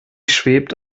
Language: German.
schwebt